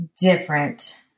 different